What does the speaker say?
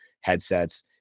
headsets